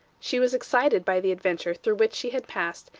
she was excited by the adventure through which she had passed,